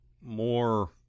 more